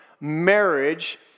marriage